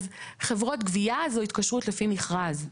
אז חברות גבייה זו התקשרות לפי מכרז.